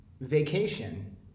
vacation